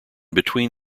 between